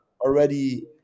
already